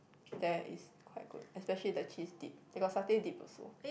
there is quite good especially the cheese dip they got satay dip also